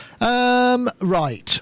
Right